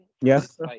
Yes